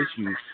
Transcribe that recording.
issues